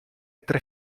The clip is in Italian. tre